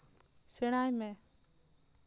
ᱥᱮᱬᱟᱭ ᱢᱮ